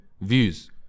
views